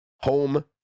home